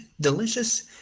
delicious